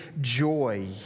joy